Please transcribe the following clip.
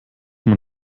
man